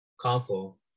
console